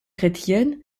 chrétienne